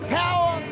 power